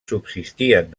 subsistien